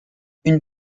une